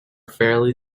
fairly